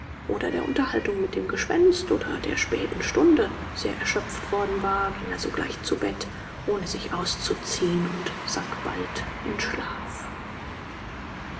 oder der unterhaltung mit dem gespenst oder der späten stunde sehr erschöpft worden war ging er sogleich zu bett ohne sich auszuziehen und sank bald in schlaf